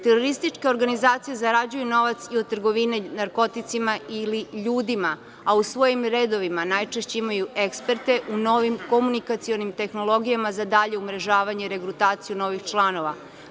Terorističke organizacije zarađuju novac i od trgovine narkoticima ili ljudima, u svojim redovima najčešće imaju ekperte u novim komunikacionim tehnologijama za dalje umrežavanje i regrutaciju novih članova.